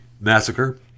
massacre